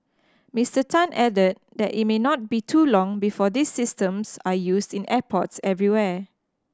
Mister Tan added that it may not be too long before these systems are used in airports everywhere